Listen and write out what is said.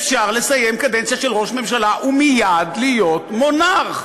אפשר לסיים קדנציה של ראש ממשלה ומייד להיות מונרך,